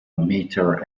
meter